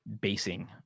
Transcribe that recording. basing